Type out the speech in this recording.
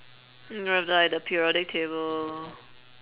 you have like the periodic table